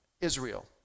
Israel